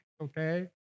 okay